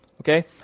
Okay